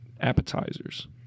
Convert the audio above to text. appetizers